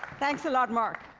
thanks a lot, mark.